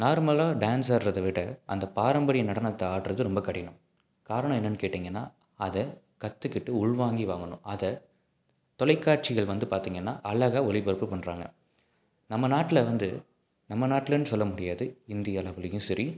நார்மலாக டான்ஸ் ஆடுறத விட அந்த பாரம்பரிய நடனத்தை ஆடுறது ரொம்ப கடினம் காரணம் என்னென்று கேட்டீங்கன்னால் அதை கற்றுக்கிட்டு உள்வாங்கி வாங்கணும் அதை தொலைக்காட்சிகள் வந்து பார்த்தீங்கன்னா அழகா ஒளிபரப்பு பண்ணுறாங்க நம்ம நாட்டில் வந்து நம்ம நாட்லேன்னு சொல்ல முடியாது இந்திய அளவுலேயும் சரி